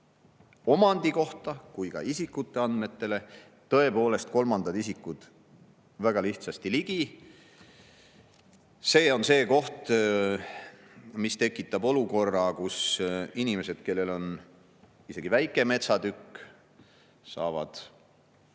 omandi kohta kui ka isikute andmetele, saavad kolmandad isikud tõepoolest väga lihtsasti ligi. See on see koht, mis tekitab olukorra, kus inimesed, kellel on isegi väike metsatükk, saavad